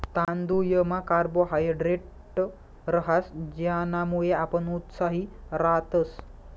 तांदुयमा कार्बोहायड्रेट रहास ज्यानामुये आपण उत्साही रातस